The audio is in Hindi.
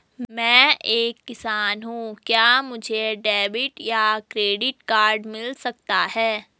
मैं एक किसान हूँ क्या मुझे डेबिट या क्रेडिट कार्ड मिल सकता है?